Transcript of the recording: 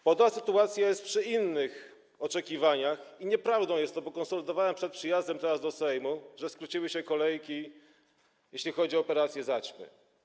Podobna sytuacja jest przy innych oczekiwaniach i nieprawdą jest to - bo konsultowałem to przed przyjazdem teraz do Sejmu - że skróciły się kolejki, jeśli chodzi o operację zaćmy.